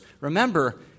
Remember